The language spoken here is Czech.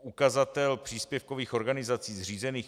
Ukazatel příspěvkových organizací zřízených